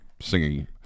singing